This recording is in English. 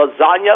lasagna